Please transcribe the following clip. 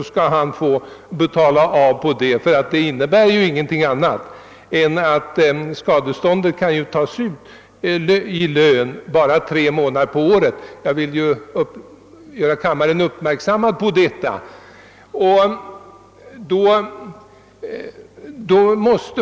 Kungl. Maj:ts förslag innebär nämligen att skadeståndet kan tas ut av lönen bara under tre månader per år — jag vill göra kammaren uppmärksam på detta.